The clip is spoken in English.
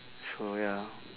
so ya